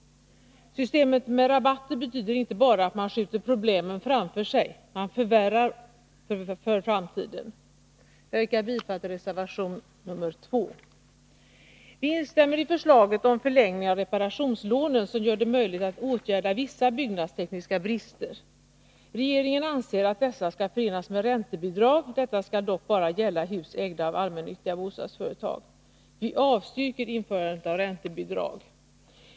Systemet med rabatter betyder inte bara att man 129 skjuter problemen framför sig — man förvärrar för framtiden. Jag yrkar bifall till reservation nr 2. Vi instämmer i förslaget om förlängning av reparationslånen som gör det möjligt att åtgärda vissa byggnadstekniska brister. Regeringen anser att dessa skall förenas med räntebidrag. Detta skall dock bara gälla hus ägda av allmännyttiga bostadsföretag. Vi avstyrker införandet av räntebidrag.